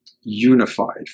unified